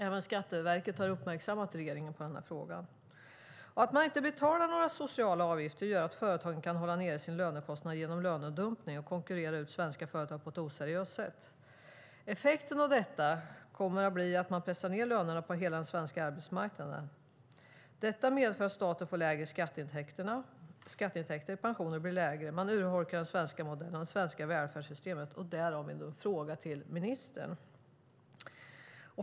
Även Skatteverket har uppmärksammat regeringen på den här frågan. Att man inte betalar några sociala avgifter gör att företagen kan hålla nere sina lönekostnader genom lönedumpning och konkurrera ut svenska företag på ett oseriöst sätt. Effekten av detta kommer att bli att man pressar ned lönerna på hela den svenska arbetsmarknaden. Detta medför att staten får lägre skatteintäkter och att pensionerna blir lägre. Man urholkar den svenska modellen och det svenska välfärdssystemet, och därav min fråga till ministern.